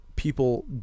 people